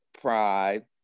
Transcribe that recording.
pride